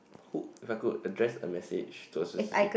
who if I could address a message to a specific